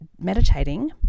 meditating